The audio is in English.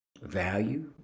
value